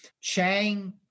Chang